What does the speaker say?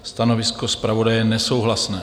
Stanovisko zpravodaje je nesouhlasné.